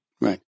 Right